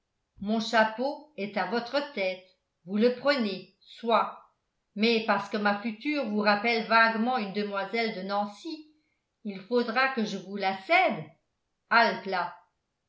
mon chapeau est à votre tête vous le prenez soit mais parce que ma future vous rappelle vaguement une demoiselle de nancy il faudra que je vous la cède halte-là